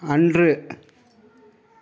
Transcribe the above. அன்று